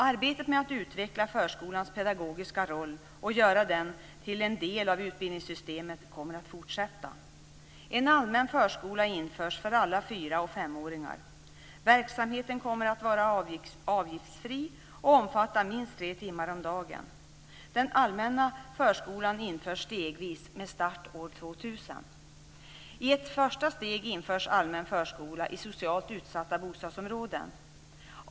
Arbetet med att utveckla förskolans pedagogiska roll och göra den till en del av utbildningssystemet kommer att fortsätta. En allmän förskola införs för alla fyra och femåringar. Verksamheten kommer att vara avgiftsfri och omfatta minst tre timmar om dagen. Den allmänna förskolan införs stegvis med start år 2000. I ett första steg införs allmän förskola i socialt utsatta bostadsområden.